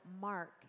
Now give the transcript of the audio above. Mark